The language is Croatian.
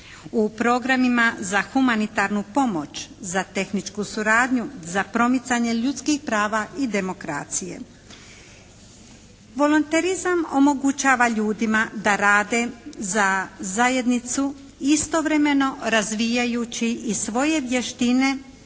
U programima za humanitarnu pomoć. Za tehničku suradnju. Za promicanje ljudskih prava i demokracije. Volonterizam omogućuje ljudima da rade za zajednicu istovremeno razvijajući i svoje vještine